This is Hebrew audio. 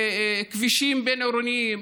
כבישים בין-עירוניים,